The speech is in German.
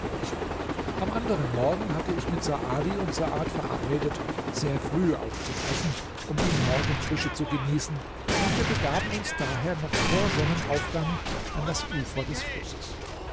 am anderen morgen hatte ich mit saadi und saad verabredet sehr früh aufzubrechen um die morgenfrische zu genießen und wir begaben uns daher noch vor sonnenaufgang an das ufer des flusses